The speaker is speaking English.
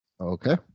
Okay